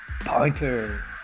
Pointer